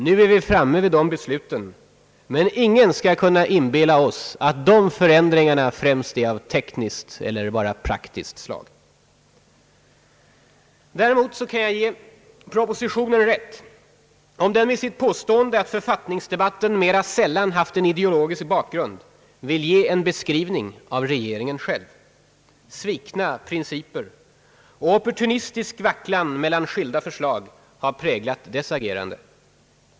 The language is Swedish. Nu är vi framme vid det beslutet — men ingen skall kunna inbilla oss att dessa förändringar främst är av »tekniskt» eller »praktiskt» slag. Däremot kan jag ge propositionen rätt om den i sitt påstående att författningsdebatten »mera sällan haft en ideologisk bakgrund» vill ge en beskriv ning av regeringen själv. Svikna principer och opportunistisk vacklan mellan skilda förslag har präglat dess agerande.